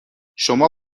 شما